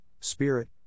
spirit